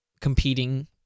competing